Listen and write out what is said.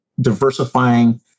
diversifying